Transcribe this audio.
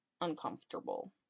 uncomfortable